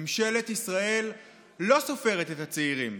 ממשלת ישראל לא סופרת את הצעירים.